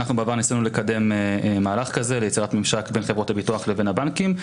בעבר ניסינו לקדם מהלך כזה ליצירת ממשק בין חברות הביטוח לבין הבנקים,